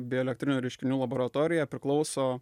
bioelektrinių reiškinių laboratorija priklauso